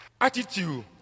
Attitude